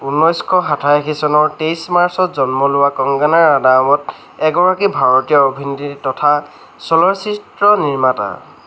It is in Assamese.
ঊনৈছশ সাতাশী চনৰ তেইছ মাৰ্চত জন্ম লোৱা কংগনা ৰাণাৱত এগৰাকী ভাৰতীয় অভিনেত্ৰী তথা চলচ্চিত্ৰ নিৰ্মাতা